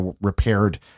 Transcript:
repaired